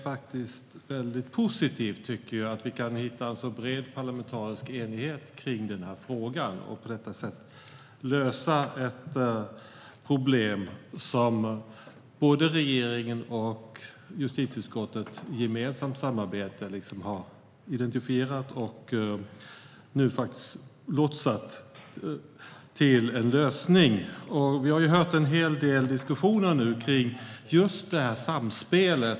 Det är positivt att vi kan hitta en så bred parlamentarisk enighet i frågan och på detta sätt lösa ett problem som man i regeringens och justitieutskottets samarbete gemensamt har identifierat och nu lotsat fram till en lösning. Vi har i de senaste inläggen hört en hel del diskussioner om just detta samspel.